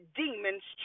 demons